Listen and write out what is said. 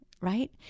Right